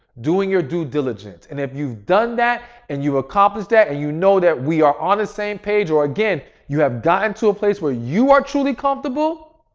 doing your due diligent. and if you've done that and you accomplished that and you know that we are on the same page or again, you have gotten to a place where you are truly comfortable,